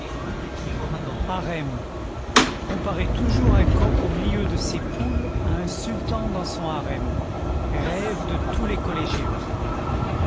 comparer toujours un coq au milieu de ses poules à un sultan dans son harem rêve de tous les collégiens